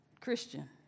Christian